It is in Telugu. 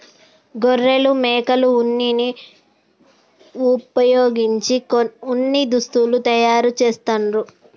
గొర్రెలు మేకల ఉన్నిని వుపయోగించి ఉన్ని దుస్తులు తయారు చేస్తాండ్లు